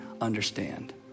understand